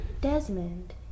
Desmond